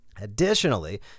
Additionally